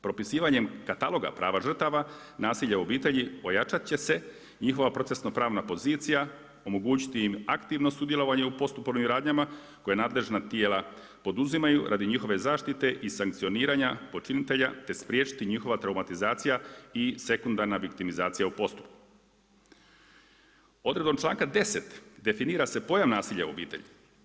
Propisivanjem kataloga prava žrtava, nasilje u obitelji, pojačat će se njihova procesno pravna pozicija, omogućiti aktivno sudjelovanje u postupovnim radnjama koje nadležna tijela poduzimaju radi njihove zaštite i sankcioniranja počinitelja te spriječiti njihova traumatizacija i sekundarna viktimizacija u … Odredbom čl. 10. definira se pojam nasilja u obitelji.